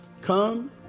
come